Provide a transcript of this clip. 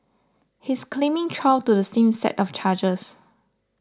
he is claiming trial to the same set of charges